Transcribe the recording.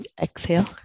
Exhale